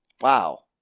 wow